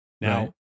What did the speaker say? now